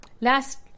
last